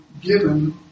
given